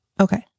Okay